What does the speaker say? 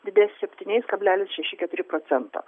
didės septyniais kablelis šeši keturi procento